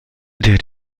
der